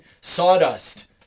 sawdust